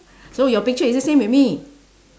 so your picture is it same with me